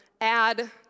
add